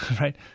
right